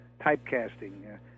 typecasting